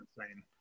insane